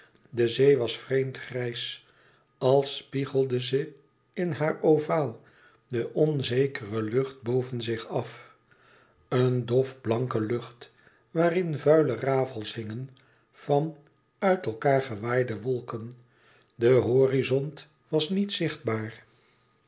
de zee was vreemd grijs als spiegelde ze in haar ovaal de onzekere lucht boven zich af een dof blanke lucht waarin vuile rafels hingen van uit elkaâr gewaaide wolken de horizont was niet zichtbaar